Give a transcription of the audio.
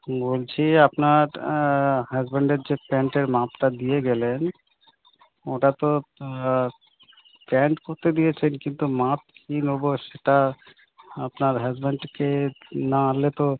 বলছি আপনার হাজবেন্ডের যে প্যান্টের মাপটা দিয়ে গেলেন ওটা তো প্যান্ট করতে দিয়েছেন কিন্তু মাপ কী নোবো সেটা আপনার হাজবেন্ডকে না আনলে তো